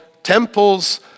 Temples